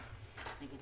חברתית,